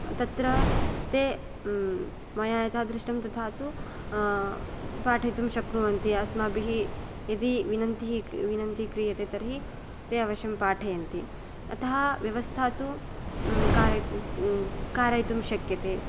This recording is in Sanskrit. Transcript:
तत्र ते मया यथा दृष्टं तथा तु पाठितुं शक्नुवन्ति अस्माभि यदि विनतिः विनतिः क्रियते तर्हि ते अवश्यं पाठयन्ति तथा व्यवस्था तु कारयितुं कारयितुं शक्यते